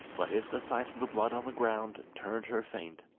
but if the sight of the blood on the ground turned her faint,